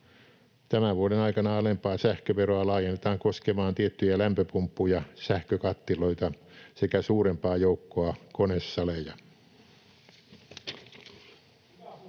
Tämän vuoden aikana alempi sähkövero laajennetaan koskemaan tiettyjä lämpöpumppuja, sähkökattiloita sekä suurempaa joukkoa konesaleja.